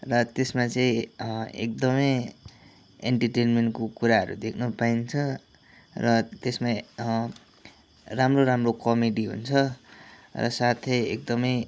र त्यसमा चाहिँ एकदमै एन्टरटेन्मेन्टको कुराहरू देख्न पाइन्छ र त्यसमा राम्रो राम्रो कमेडी हुन्छ र साथै एकदमै